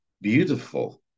beautiful